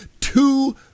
two